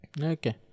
Okay